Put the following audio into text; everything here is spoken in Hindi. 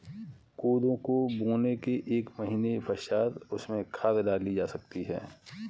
कोदो को बोने के एक महीने पश्चात उसमें खाद डाली जा सकती है